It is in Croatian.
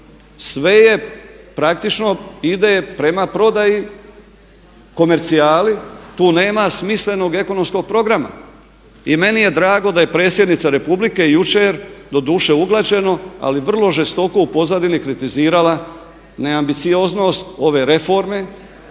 Sve je praktično ide prema prodaji komercijali, tu nema smislenog ekonomskog programa. I meni je drago da je predsjednica Republike jučer doduše uglađeno ali vrlo žestoko u pozadini kritizirala neambicioznost ove reforme